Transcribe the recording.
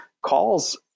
calls